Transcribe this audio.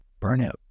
Burnout